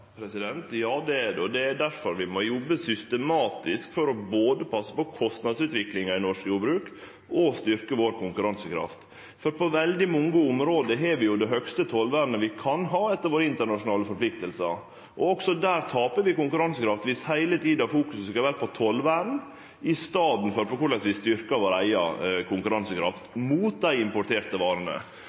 Ja, det er det, og det er difor vi må jobbe systematisk for både å passe på kostnadsutviklinga i norsk jordbruk og styrkje konkurransekrafta vår. På veldig mange område har vi det høgaste tollvernet vi kan ha i samsvar med internasjonale forpliktingar, og også der taper vi konkurransekraft viss vi heile tida fokuserer på tollvern i staden for på korleis vi styrkjer vår eiga konkurransekraft mot dei importerte varene.